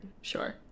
Sure